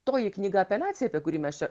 toji knyga apeliacija apie kurį mes čia